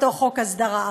אותו חוק הסדרה.